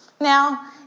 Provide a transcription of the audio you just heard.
Now